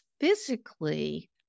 physically